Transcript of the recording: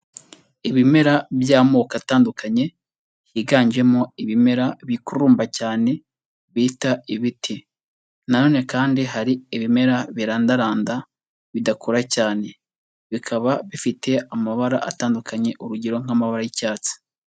Ibimera by'amoko atandukanye higanjemo ibimera bikurumba cyane bita ibiti, na none kandi hari ibimera birandaranda bidakura cyane bikaba bifite amabara atandukanye urugero nk'amabara y'icyatsi.